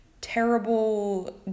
terrible